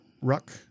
Ruck